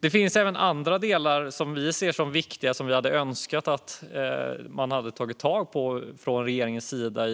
Det finns även andra delar som vi ser som viktiga och som vi hade önskat att man hade tagit tag i från regeringens sida